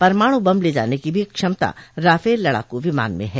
परमाणु बम ले जाने की भी क्षमता राफेल लड़ाकू विमान में है